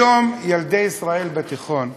היום ילדי ישראל בתיכון,